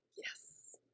Yes